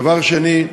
דבר שני,